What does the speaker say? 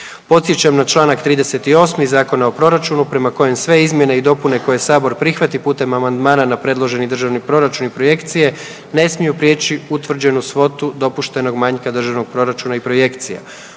Podsjećam na Članak 38. Zakona o proračunu prema kojem sve izmjene i dopune koje sabor prihvati putem amandmana na predloženi državni proračun i projekcije ne smiju prijeći utvrđenu svotu dopuštenog manjka državnog proračuna i projekcija.